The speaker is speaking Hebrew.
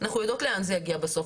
אנחנו יודעות לאן זה יגיע בסוף,